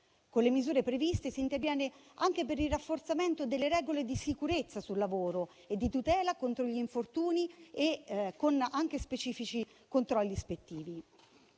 Con le misure previste si interviene anche per il rafforzamento delle regole di sicurezza sul lavoro e di tutela contro gli infortuni e con specifici controlli ispettivi.